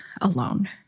alone